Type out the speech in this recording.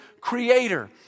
creator